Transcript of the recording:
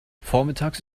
vormittags